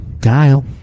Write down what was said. Kyle